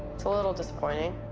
it's a little disappointing.